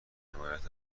حمایت